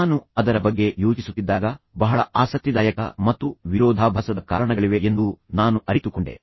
ನಾನು ಅದರ ಬಗ್ಗೆ ಯೋಚಿಸುತ್ತಿದ್ದಾಗ ಬಹಳ ಆಸಕ್ತಿದಾಯಕ ಮತ್ತು ವಿರೋಧಾಭಾಸದ ಕಾರಣಗಳಿವೆ ಎಂದು ನಾನು ಅರಿತುಕೊಂಡೆ